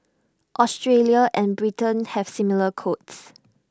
Australia and Britain have similar codes